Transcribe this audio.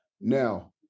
Now